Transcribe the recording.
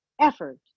effort